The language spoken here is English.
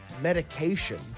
medication